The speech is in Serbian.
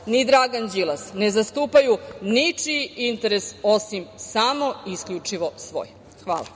ni Dragan Đilas ne zastupaju ničiji interes, osim samo i isključivo svoj. Hvala.